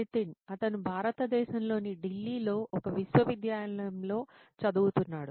నితిన్ అతను భారతదేశంలోని ఢిల్లీలోని ఒక విశ్వవిద్యాలయంలో చదువుతున్నాడు